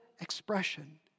expression